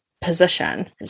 position